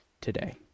today